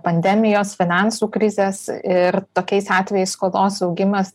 pandemijos finansų krizės ir tokiais atvejais skolos augimas